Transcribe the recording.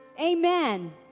Amen